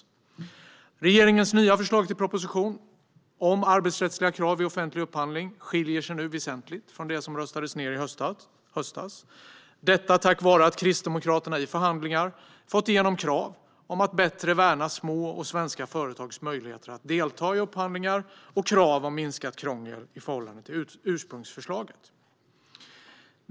Förslaget i regeringens nya proposition om arbetsrättsliga krav vid offentlig upphandling skiljer sig nu väsentligt från det förslag som röstades ned i höstas, detta tack vare att Kristdemokraterna i förhandlingar fått igenom krav på att man bättre ska värna små och svenska företags möjligheter att delta i upphandlingar och krav på minskat krångel i förhållande till ursprungsförslaget.